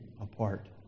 apart